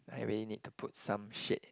I really need to put some shit